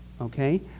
okay